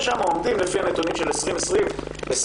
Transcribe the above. ושם עומדים לפי הנתונים של 2020 בסדר.